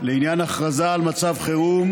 לעניין הכרזה על מצב חירום,